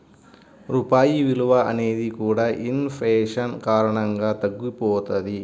రూపాయి విలువ అనేది కూడా ఇన్ ఫేషన్ కారణంగా తగ్గిపోతది